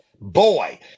boy